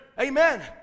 Amen